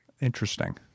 Interesting